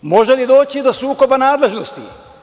Može li doći do sukoba nadležnosti?